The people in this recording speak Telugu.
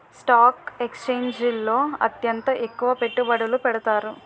స్టాక్ ఎక్స్చేంజిల్లో అత్యంత ఎక్కువ పెట్టుబడులు పెడతారు